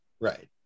Right